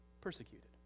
persecuted